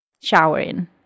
showering